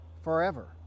forever